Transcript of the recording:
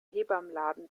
hebammenladen